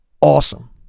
awesome